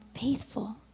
faithful